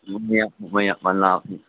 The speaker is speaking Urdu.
دیا آپ کو میں اب اللہ حافظ